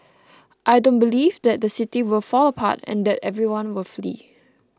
I don't believe that the City will fall apart and that everyone will flee